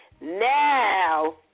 now